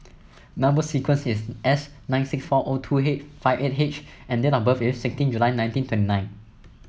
number sequence is S nine six four O two H five eight H and date of birth is sixteen July nineteen twenty nine